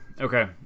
Okay